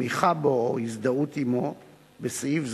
תמיכה בו או הזדהות עמו (בסעיף זה,